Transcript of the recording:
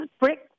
brick